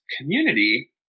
community